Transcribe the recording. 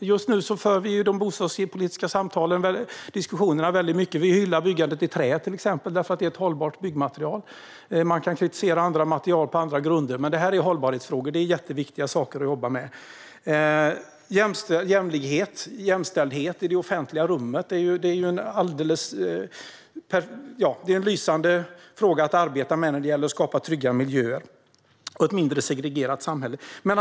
Just nu för vi väldigt mycket diskussioner om dessa frågor i de bostadspolitiska samtalen. Vi hyllar till exempel byggandet i trä, därför att det är ett hållbart byggmaterial. Man kan kritisera andra material på andra grunder. Men här är det fråga om hållbarhet, och det är en jätteviktig sak att jobba med. Jämlikhet och jämställdhet i det offentliga rummet är en viktig fråga att arbeta med när det gäller att skapa trygga miljöer och ett mindre segregerat samhälle.